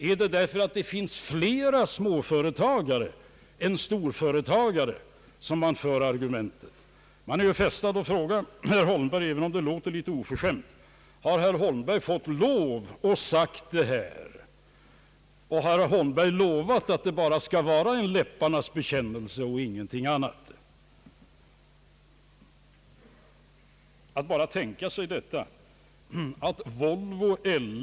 Är anledningen kanske den att det finns flera småföretag än storföretag? Man är frestad att fråga herr Holmberg, även om det låter något oförskämt, om han har fått tillåtelse att säga detta och om han har lovat att det bara skall vara en läpparnas bekännelse och ingenting annat? Herr talman! Hela tanken att Volvo, L.